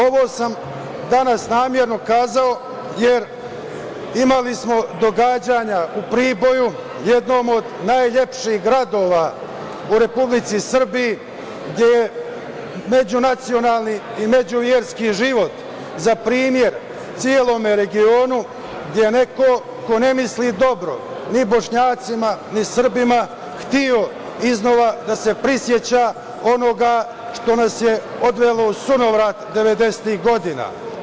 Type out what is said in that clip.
Ovo sam danas namerno kazao, jer imali smo događanja u Priboju, jednom od najlepših gradova u Republici Srbiji, gde je međunacionalni i međuverski život za primer celom regionu, gde je neko ko ne misli dobro ni Bošnjacima, ni Srbima hteo iznova da se priseća onoga što nas je odvelo u sunovrat devedesetih godina.